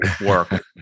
work